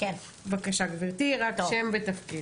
בבקשה, גברתי, רק שם ותפקיד.